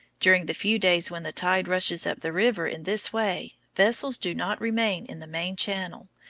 during the few days when the tide rushes up the river in this way vessels do not remain in the main channel,